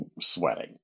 sweating